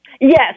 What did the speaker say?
Yes